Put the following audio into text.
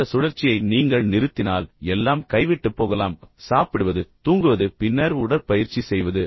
இந்த சுழற்சியை நீங்கள் நிறுத்தினால் எல்லாம் கைவிட்டுப்போகலாம் சாப்பிடுவது தூங்குவது பின்னர் உடற்பயிற்சி செய்வது